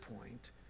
point